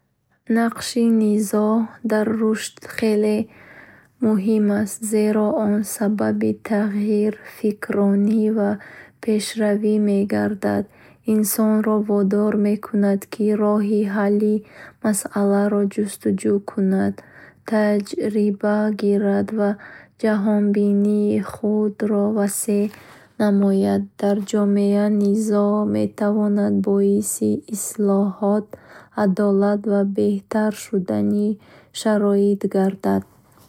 Нақши низоъ дар рушд хеле муҳим аст, зеро он сабаби тағйир, фикрронӣ ва пешравӣ мегардад. инсонро водор мекунад, ки роҳи ҳалли масъалаҳоро ҷустуҷӯ кунад, таҷриба гирад ва ҷаҳонбинии худро васеъ намояд. Дар ҷомеа низоъ метавонад боиси ислоҳот, адолат ва беҳтар шудани шароит гардад.